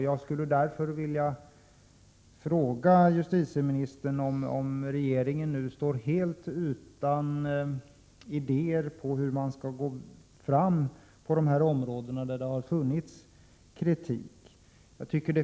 Jag vill därför fråga justitieministern om regeringen nu står helt utan idéer om hur den skall gå fram på de områden där det har framförts kritik.